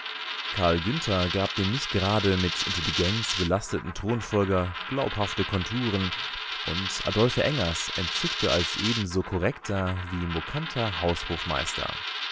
karl günther gab dem nicht gerade mit intelligenz belasteten thronfolger glaubhafte konturen und adolphe engers entzückte als ebenso korrekter wie mokanter haushofmeister